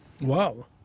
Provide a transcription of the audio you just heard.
Wow